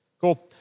Cool